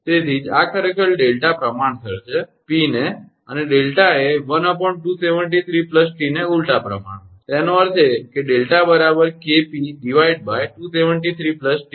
તેથી જ આ ખરેખર 𝛿 પ્રમાણસર છે 𝑝 ને અને 𝛿 એ 1273𝑡 ને ઊલ્ટા પ્રમાણમાં છે તેનો અર્થ છે 𝛿 𝑘𝑝273𝑡